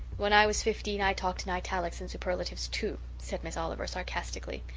when i was fifteen i talked in italics and superlatives too, said miss oliver sarcastically.